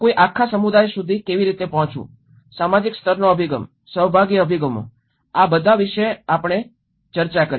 કોઈ આખા સમુદાય સુધી કેવી રીતે પહોંચવું સામાજિક સ્તરનો અભિગમ સહભાગી અભિગમો આ બધા વિશે આપણે તેના વિશે ચર્ચા કરી